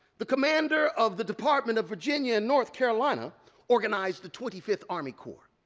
the commander of the department of virginia and north carolina organized the twenty fifth army corps,